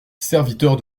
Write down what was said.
serviteur